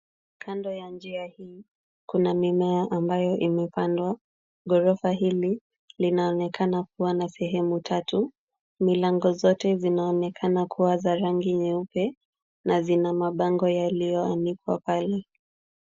Kando ya njia hii, kuna mimea ambayo imepandwa. Ghorofa hili linaonekana kuwa na sehemu tatu. Milango zote zinaonekana kuwa za rangi nyeupe na zina mabango yaliyo anikwa pale.